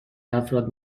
افراد